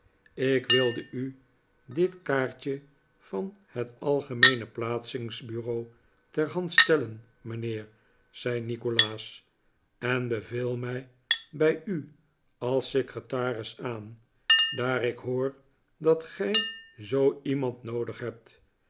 ik wilde u dit kaartje van het algemeene plaatsingbureau ter hand stellen mijnheer zei nikolaas en beveel mij bij u als secretaris aan daar ik hoor dat gij zoo iemand noodig hebt